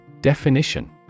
Definition